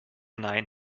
nein